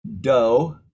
Doe